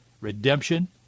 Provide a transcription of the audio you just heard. redemption